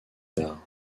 tard